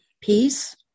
Peace